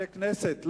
זה כנסת,